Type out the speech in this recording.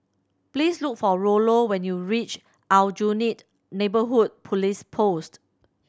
please look for Rollo when you reach Aljunied Neighbourhood Police Post